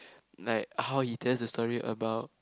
like how he test the story about